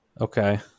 Okay